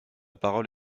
parole